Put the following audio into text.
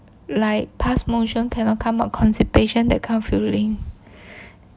like pass motion cannot come up constipation that kind of feeling